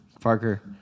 Parker